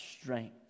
strength